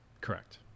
Correct